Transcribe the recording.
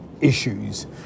issues